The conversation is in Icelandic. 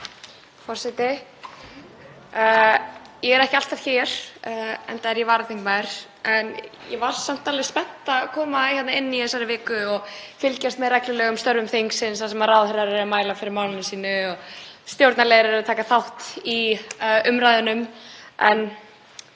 Forseti. Ég er ekki alltaf hér, enda er ég varaþingmaður. Ég var samt spennt að koma hérna inn í þessari viku og fylgjast með reglulegum störfum þingsins þar sem ráðherrar mæla fyrir málum sínu og stjórnarliðar taka þátt í umræðunni.